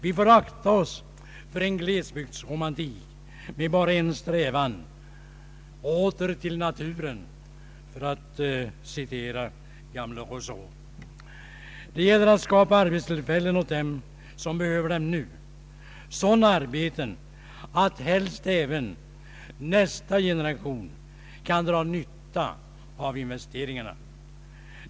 Vi får akta oss för en glesbygdsromantik med bara en strävan: åter till naturen, för att citera gamle Rousseau. Det gäller att skapa arbetstillfällen åt dem som behöver dem nu — sådana arbeten att helst även nästa generation kan dra nytta av investeringarna.